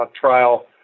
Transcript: trial